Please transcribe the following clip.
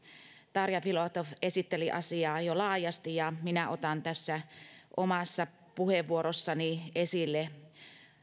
tarja filatov esitteli asiaa jo laajasti ja minä otan tässä omassa puheenvuorossani esille